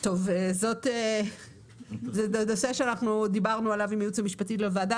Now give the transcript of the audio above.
זה נושא שדיברנו עליו עם הייעוץ המשפטי של הוועדה,